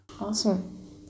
Awesome